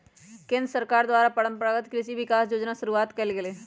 केंद्र सरकार द्वारा परंपरागत कृषि विकास योजना शुरूआत कइल गेलय